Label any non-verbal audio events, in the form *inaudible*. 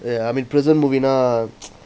ya I mean prison movie nah *noise*